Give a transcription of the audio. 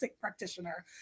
practitioner